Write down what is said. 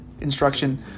instruction